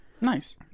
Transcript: Nice